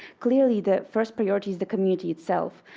clearly the first priority is the community itself.